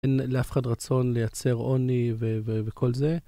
אין לאף אחד רצון לייצר עוני וכל זה.